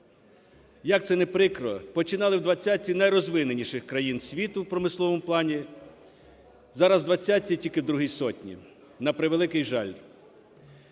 Як це не прикро, починали в двадцятці найрозвиненіших країн світу в промисловому плані, зараз у двадцятці тільки у другій сотні. На превеликий жаль!